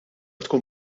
tkun